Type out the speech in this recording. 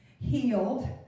healed